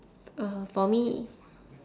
uh for me